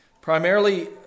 primarily